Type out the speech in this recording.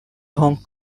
hong